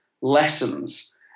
lessons